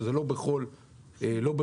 שזה לא בכל פעם,